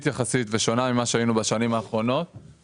ושונה יחסית ממה שהיה בשנים האחרונות.